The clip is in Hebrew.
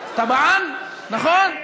תבען, נכון?